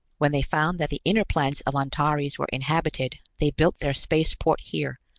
when they found that the inner planets of antares were inhabited, they built their spaceport here,